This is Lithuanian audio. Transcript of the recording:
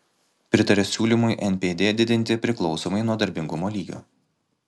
pritaria siūlymui npd didinti priklausomai nuo darbingumo lygio